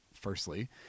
firstly